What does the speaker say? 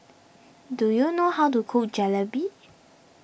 do you know how to cook Jalebi